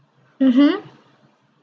mmhmm